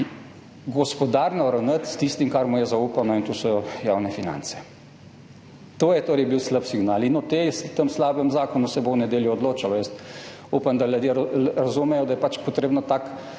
gospodarno ravnati s tistim, kar mu je zaupano, in to so javne finance. To je torej bil slab signal. In o tem slabem zakonu se bo v nedeljo odločalo. Upam, da ljudje razumejo, da je pač treba tak